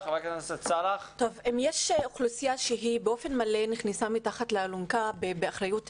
אם יש אוכלוסייה שהיא באופן מלא נכנסה מתחת לאלונקה באחריות מלאה,